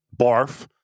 Barf